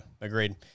agreed